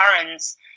parents